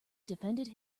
defended